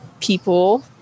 people